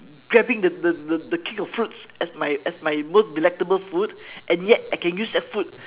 grabbing the the the king of fruits as my as my most delectable food and yet I can use that food